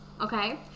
okay